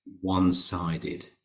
one-sided